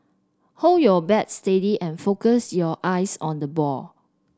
hold your bat steady and focus your eyes on the ball